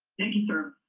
thank you sir